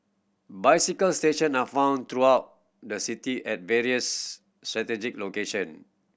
bicycle station are found throughout the city at various strategic location